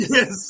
Yes